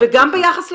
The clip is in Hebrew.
וגם ביחס לעולם,